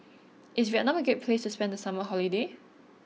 is Vietnam a great place to spend the summer holiday